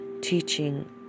teaching